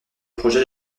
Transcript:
projet